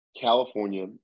California